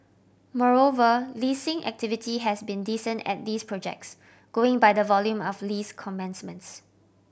moreover leasing activity has been decent at these projects going by the volume of lease commencements